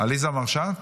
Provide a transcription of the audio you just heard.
עליזה מרשה?